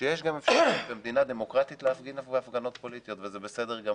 שיש גם אפשרות במדינה דמוקרטית להפגין הפגנות פוליטית וזה בסדר גמור.